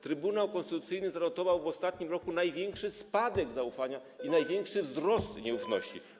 Trybunał Konstytucyjny zanotował w ostatnim roku największy spadek zaufania i największy wzrost nieufności.